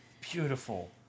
Beautiful